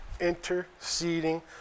interceding